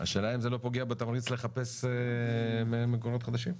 השאלה אם זה לא פוגע בתמריץ לחפש מקורות חדשים.